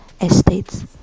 estates